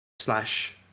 slash